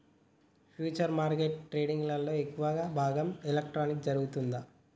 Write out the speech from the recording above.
futures మార్కెట్ల ట్రేడింగ్లో ఎక్కువ భాగం ఎలక్ట్రానిక్గా జరుగుతాంది